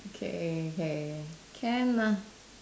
okay okay can lah